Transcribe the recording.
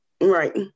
right